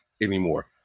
anymore